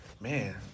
man